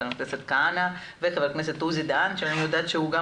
ח"כ כהנא וח"כ עוזי דיין שאני יודעת שהוא גם